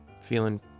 feeling